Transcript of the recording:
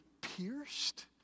pierced